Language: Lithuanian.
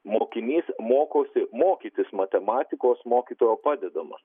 mokinys mokosi mokytis matematikos mokytojo padedamas